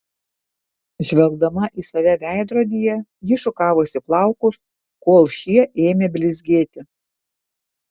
žvelgdama į save veidrodyje ji šukavosi plaukus kol šie ėmė blizgėti